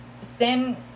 sin